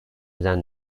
than